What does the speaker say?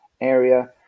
area